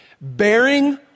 bearing